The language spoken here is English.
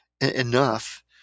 enough